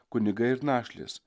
kunigai ir našlės